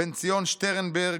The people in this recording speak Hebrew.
בן-ציון שטרנברג,